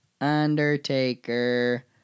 Undertaker